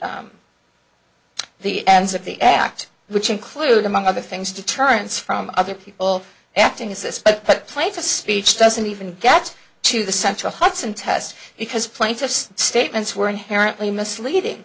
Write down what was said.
the ends of the act which include among other things deterrence from other people acting as this but plato speech doesn't even get to the central hutson test because plaintiffs statements were inherently misleading